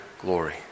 glory